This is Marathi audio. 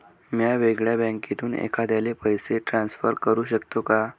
म्या वेगळ्या बँकेतून एखाद्याला पैसे ट्रान्सफर करू शकतो का?